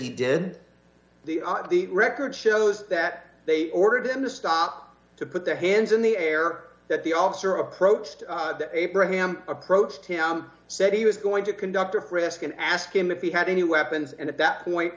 he did the on the record shows that they ordered him to stop to put their hands in the air that the officer approached abraham approached him and said he was going to conduct a frisk and ask him if he had any weapons and at that point